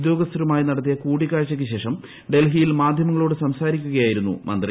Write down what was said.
ഉദ്യോഗസ്ഥരുമായി നടത്തിയി കൂടിക്കാഴ്ചയ്ക്ക് ശേഷം ഡൽഹിയിൽ മാധ്യമങ്ങളോട് സംസാരീക്കുകയായിരുന്നു മന്ത്രി